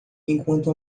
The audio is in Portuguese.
enquanto